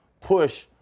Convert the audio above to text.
push